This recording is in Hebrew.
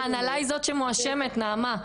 ההנהלה היא זאת שמואשמת, נעמה.